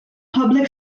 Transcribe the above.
public